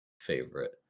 favorite